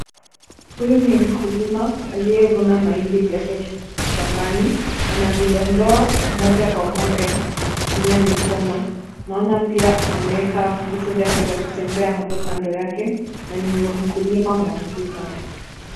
Huyu ni mkulima aliyevuna mahindi yake shambani. Anazidondoa moja kwa moja akitumua mikono. Naona pia ameweka vitu vyake vya kutembea hapo kando yake na ni mkulima mwafrika.